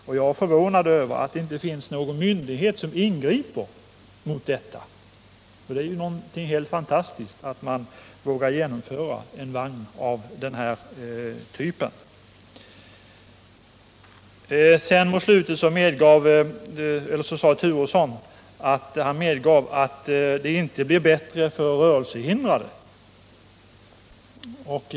Det är förvånande att det inte finns någon myndighet som ingriper mot detta, för det är ju helt fantastiskt att man vågar införa en vagn av den här typen. Mot slutet av sitt anförande medgav herr Turesson att det inte blir bättre för rörelsehindrade.